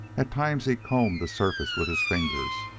at times he combed the surface with his fingers,